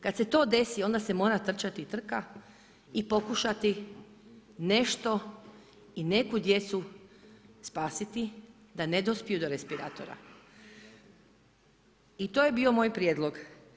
Kada se to desi onda se mora trčati trka i pokušati nešto i neku djecu spasiti da ne dospiju do respiratora i to je bio moj prijedlog.